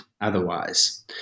otherwise